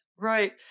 Right